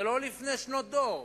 זה לא לפני שנות דור.